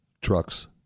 trucks